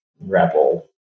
rebel